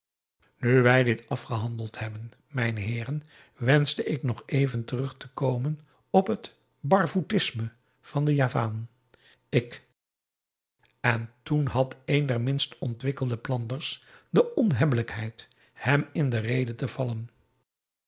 nu wij dit afgehandeld hebben mijne heeren wenschte ik nog even terug te komen op het barvoetisme van den javaan ik p a daum hoe hij raad van indië werd onder ps maurits en toen had een der minst ontwikkelde planters de onhebbelijkheid hem in de rede te vallen